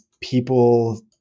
people